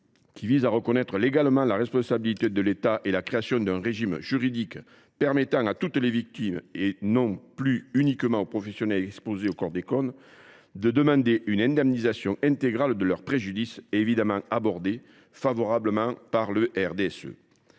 qui vise à reconnaître légalement la responsabilité de l’État et la création d’un régime juridique permettant à toutes les victimes, et non plus seulement aux professionnels exposés au chlordécone, de demander une indemnisation intégrale de leur préjudice, est évidemment regardé favorablement par le